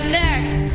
next